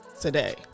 today